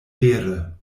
vere